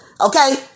okay